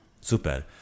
Super